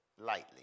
lightly